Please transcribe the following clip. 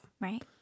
Right